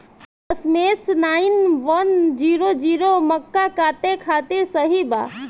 दशमेश nine one zero zero मक्का काटे खातिर सही ह?